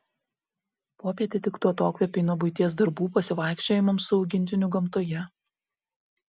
popietė tiktų atokvėpiui nuo buities darbų pasivaikščiojimams su augintiniu gamtoje